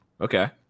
okay